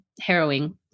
harrowing